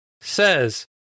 says